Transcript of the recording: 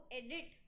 edit